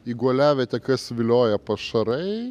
į guoliavietę kas vilioja pašarai